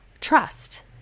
trust